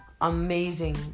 amazing